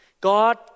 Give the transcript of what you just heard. God